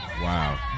Wow